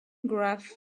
graph